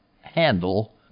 handle